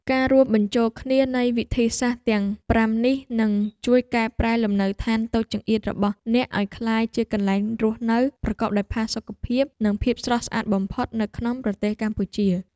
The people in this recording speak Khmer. ការរួមបញ្ចូលគ្នានៃវិធីសាស្ត្រទាំងប្រាំនេះនឹងជួយកែប្រែលំនៅឋានតូចចង្អៀតរបស់អ្នកឱ្យក្លាយជាកន្លែងរស់នៅប្រកបដោយផាសុកភាពនិងភាពស្រស់ស្អាតបំផុតនៅក្នុងប្រទេសកម្ពុជា។